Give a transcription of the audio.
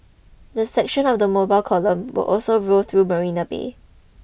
the section of the mobile column will also roll through Marina Bay